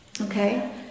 Okay